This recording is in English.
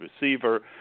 receiver